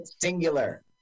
Singular